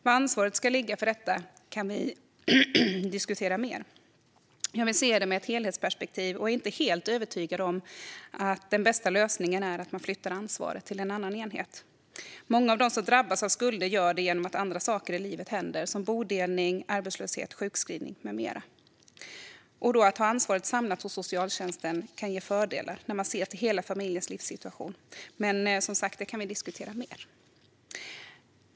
Var ansvaret ska ligga för detta kan vi diskutera mer. Jag vill se det med ett helhetsperspektiv och är inte helt övertygad om att den bästa lösningen är att man flyttar ansvaret till en annan enhet. Många av dem som drabbas av skulder gör det genom att andra saker i livet händer, som bodelning, arbetslöshet, sjukskrivning med mera. Att då ha ansvaret samlat hos socialtjänsten kan ge fördelar när man ser till hela familjens livssituation. Men det kan vi som sagt diskutera mer.